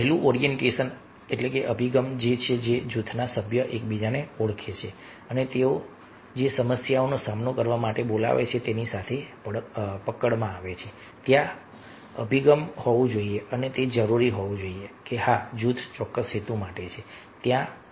પહેલું ઓરિએન્ટેશન અભિગમ છે કે જૂથના સભ્ય એકબીજાને ઓળખે છે અને તેઓ જે સમસ્યાનો સામનો કરવા માટે બોલાવે છે તેની સાથે પકડમાં આવે છે ત્યાં ઓરિએન્ટેશનઅભિગમ હોવું જોઈએ કે તે જરૂરી હોવું જોઈએ કે હા જૂથ ચોક્કસ હેતુ માટે છે ત્યાં છે